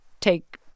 take